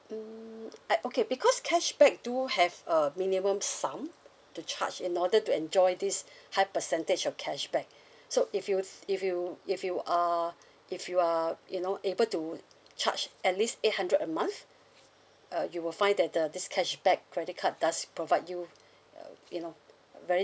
um I okay because cashback do have a minimum sum to charge in order to enjoy this high percentage of cashback so if you if you if you are if you are you know able to charge at least eight hundred a month uh you will find that uh this cashback credit card does provide you uh you know very